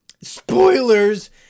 spoilers